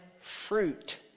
fruit